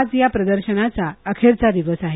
आज या प्रदर्शनाचा अखेरचा दिवस आहे